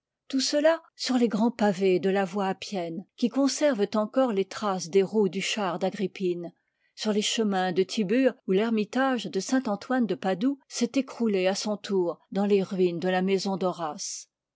tout cela sur les grands pavés de la voie appienne qui conservent encore le traces des roues du char d'agrippine sur les chemins de tibur où l'ermitage de saintantoine de padoue s'est écroulé à son tour dans les ruines de la maison